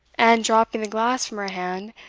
and, dropping the glass from her hand,